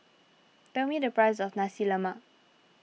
tell me the price of Nasi Lemak